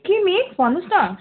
के मिस भन्नु होस् न